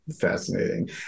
Fascinating